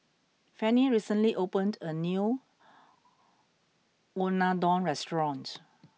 Fanny recently opened a new Unadon restaurant